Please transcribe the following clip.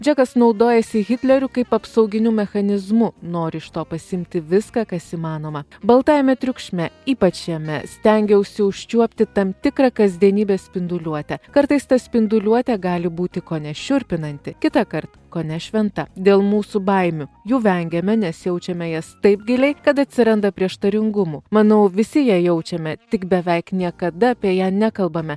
džekas naudojasi hitleriu kaip apsauginiu mechanizmu nori iš to pasiimti viską kas įmanoma baltajame triukšme ypač šiame stengiausi užčiuopti tam tikrą kasdienybės spinduliuotę kartais ta spinduliuotė gali būti kone šiurpinanti kitąkart kone šventa dėl mūsų baimių jų vengiame nes jaučiame jas taip giliai kad atsiranda prieštaringumų manau visi ją jaučiame tik beveik niekada apie ją nekalbame